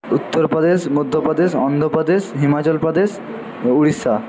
Uttar Pradesh Madhya Pradesh Andhra Pradesh Himachal Pradesh Orissa